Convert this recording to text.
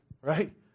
right